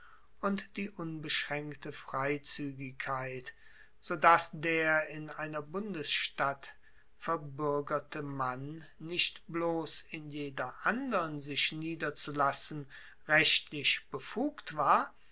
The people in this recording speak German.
und die unbeschraenkte freizuegigkeit sodass der in einer bundesstadt verbuergerte mann nicht bloss in jeder andern sich niederzulassen rechtlich befugt war